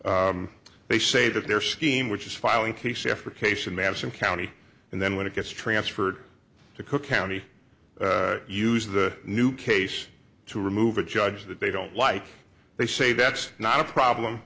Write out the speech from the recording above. plan they say that they're scheme which is filing case after case in madison county and then when it gets transferred to cook county used the new case to remove a judge that they don't like they say that's not a problem